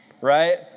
right